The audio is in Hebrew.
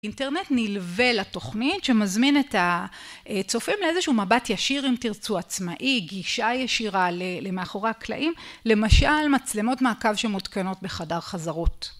אינטרנט נלווה לתוכנית שמזמין את הצופים לאיזשהו מבט ישיר, אם תרצו, עצמאי, גישה ישירה למאחורי הקלעים, למשל מצלמות מעקב שמותקנות בחדר חזרות.